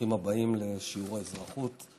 ברוכים הבאים לשיעור האזרחות.